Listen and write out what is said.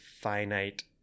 finite